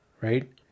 right